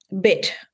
bit